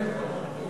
להתחיל לסיים.